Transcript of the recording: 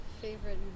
favorite